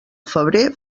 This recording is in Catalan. febrer